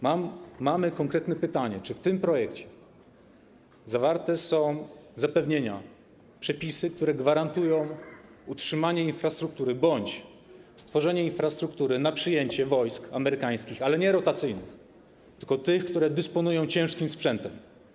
Mamy konkretne pytanie: Czy w tym projekcie zawarte są zapewnienia, przepisy, które gwarantują utrzymanie infrastruktury bądź stworzenie infrastruktury na przyjęcie wojsk amerykańskich, ale nie rotacyjnych, tylko tych, które dysponują ciężkim sprzętem?